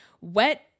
wet